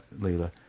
Lila